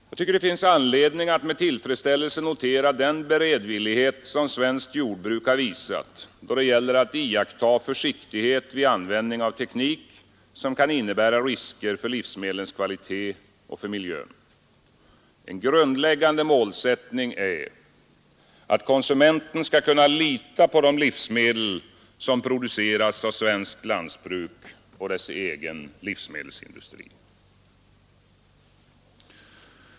Jag tycker det finns anledning att med tillfredsställelse notera den beredvillighet som svenskt jordbruk har visat då det gäller att iakttaga försiktighet vid användning av teknik som kan innebära risker för livsmedlens kvalitet och för miljön. En grundläggande målsättning är att konsumenten skall kunna lita på de livsmedel som produceras av svenskt lantbruk och dess egen livsmedelsindustri.